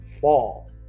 fall